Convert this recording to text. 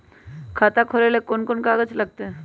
खाता खोले ले कौन कौन कागज लगतै?